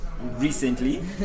recently